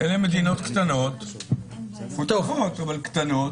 אלה מדינות מפותחות אבל קטנות.